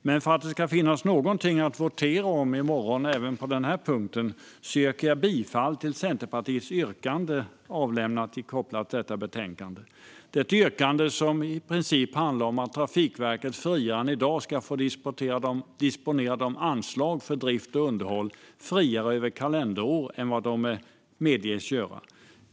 Men för att det ska finnas någonting att votera om i morgon även på den här punkten yrkar jag bifall till Centerpartiets avlämnade reservation som är kopplad till betänkandet. Det är ett yrkande som i princip handlar om att Trafikverket ska få disponera anslagen för drift och underhåll friare över kalenderår än de medges göra i dag.